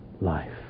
life